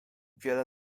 wiele